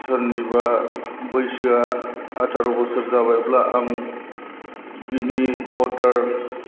सोरनिबा बैसोआ आथार' बोसोर जाबायब्ला आं बिनि भटार